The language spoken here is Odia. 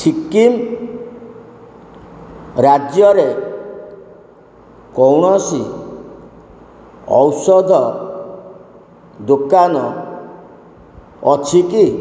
ସିକିମ୍ ରାଜ୍ୟରେ କୌଣସି ଔଷଧ ଦୋକାନ ଅଛି କି